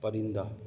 پرندہ